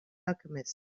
alchemist